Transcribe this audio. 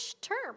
term